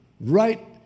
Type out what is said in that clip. right